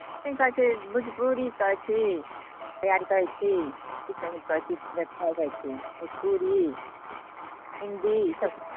की कहै छी भोजपुरी कहै छी भोजपुरी हिन्दी ई सब